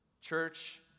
Church